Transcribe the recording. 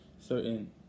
certain